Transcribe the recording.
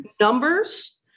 Numbers